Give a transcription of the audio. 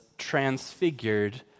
transfigured